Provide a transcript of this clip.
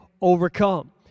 overcome